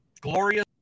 glorious